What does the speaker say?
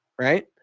right